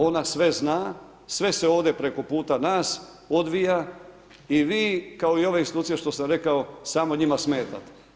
Ona sve zna, sve se ovdje preko puta nas odvija i vi, kao i ove institucije što sam rekao, samo njima smetate.